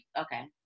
Okay